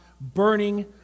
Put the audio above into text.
burning